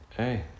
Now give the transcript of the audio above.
Hey